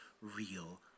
real